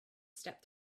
step